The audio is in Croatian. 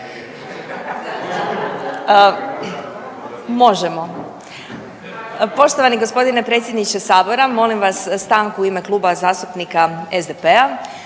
Možemo. Poštovani g. predsjedniče sabora, molim vas stanku u ime Kluba zastupnika SDP-a